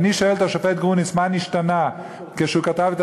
ואני שואל את השופט גרוניס: מה נשתנה לאחר שהוא כתב את